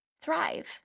thrive